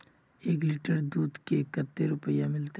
एक लीटर दूध के कते रुपया मिलते?